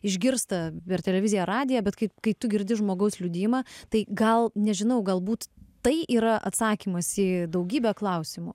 išgirsta per televiziją radiją bet kai kai tu girdi žmogaus liudijimą tai gal nežinau galbūt tai yra atsakymas į daugybę klausimų